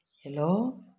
Hello